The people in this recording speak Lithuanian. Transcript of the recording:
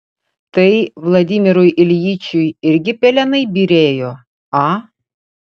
tai vladimirui iljičiui irgi pelenai byrėjo a